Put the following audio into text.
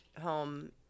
home